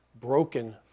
broken